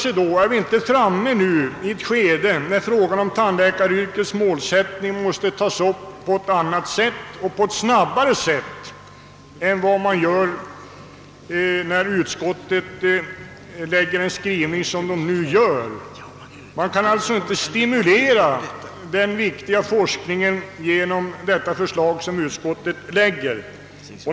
Men är vi inte nu framme i ett skede då frågan om tandläkaryrkets målsättning måste tas upp snabbare på ett annat sätt än utskottet gör i sin skrivning? Denna viktiga forskning kan inte stimuleras genom det förslag som utskottet lägger fram.